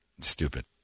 stupid